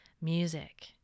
Music